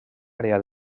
àrea